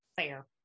fair